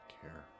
care